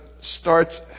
starts